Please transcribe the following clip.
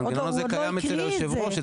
המנגנון הזה קיים אצל היושב ראש,